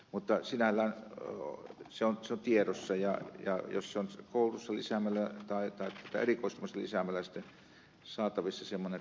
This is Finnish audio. mutta sinällään se on tiedossa ja jos koulutusta lisäämällä tai erikoistumista lisäämällä sitten on saatavissa semmoinen ratkaisu niin hyvä on